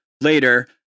Later